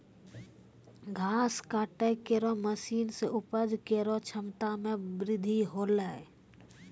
घास काटै केरो मसीन सें उपज केरो क्षमता में बृद्धि हौलै